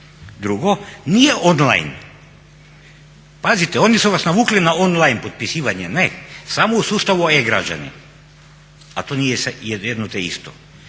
Drugo, nije on-line. Pazite oni su vas navukli na on-line potpisivanje. Ne, samo u sustavu e-građani, a to nije jedno te isto.